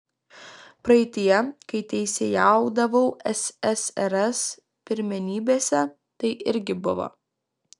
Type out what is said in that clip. praeityje kai teisėjaudavau ssrs pirmenybėse tai irgi buvo